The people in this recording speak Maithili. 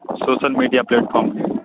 सोशल मिडिया प्लेटफॉर्म भेलै